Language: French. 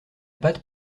pâte